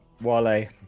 Wale